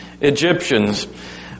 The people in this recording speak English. Egyptians